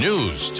News